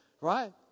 right